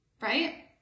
right